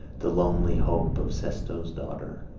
the lonely hope of sestos' daughter.